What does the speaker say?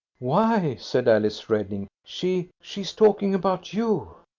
why, said alice reddening, she she's talking about you.